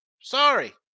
Sorry